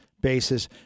basis